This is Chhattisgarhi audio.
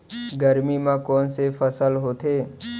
गरमी मा कोन से फसल होथे?